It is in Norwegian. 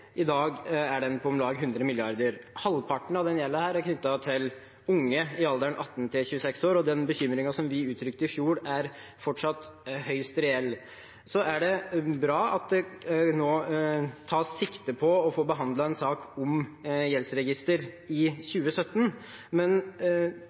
I dag er den på om lag 100 mrd. kr. Halvparten av denne gjelden er knyttet til unge i alderen 18 til 26 år. Den bekymringen som vi uttrykte i fjor, er fortsatt høyst reell. Det er bra at det nå tas sikte på å få behandlet en sak om gjeldsregister i